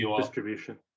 Distribution